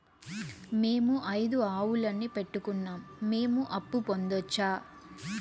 మేము ఐదు ఆవులని పెట్టుకున్నాం, మేము అప్పు పొందొచ్చా